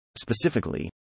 Specifically